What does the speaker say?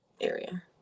area